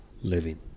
Living